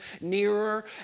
nearer